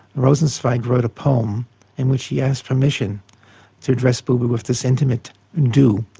rosenzweig wrote a poem in which he asked permission to address buber with the sentiment du,